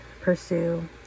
pursue